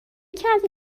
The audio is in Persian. کردی